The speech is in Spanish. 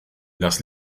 las